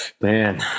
Man